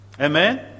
Amen